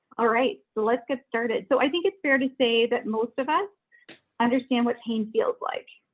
all right, so let's get started. so i think it's fair to say that most of us understand what pain feels like.